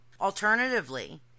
Alternatively